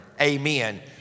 Amen